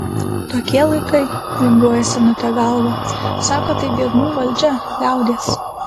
tokie laikai linguoja senutė galva sako tai biednų valdžia liaudies